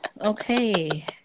Okay